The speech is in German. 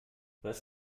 was